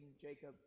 Jacob